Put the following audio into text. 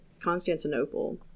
Constantinople